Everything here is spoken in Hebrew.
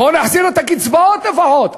בואו נחזיר את הקצבאות לפחות.